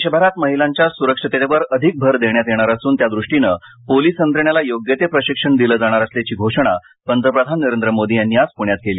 देशभरात महिलांच्या सुरक्षिततेवर अधिक भर देण्यात येणार असून त्या दृष्टिन पोलीस यंत्रणेला योग्य ते प्रशिक्षण दिलं जाणार असल्याची घोषणा पंतप्रधान नरेंद्र मोदी यांनी आज प्ण्यात केली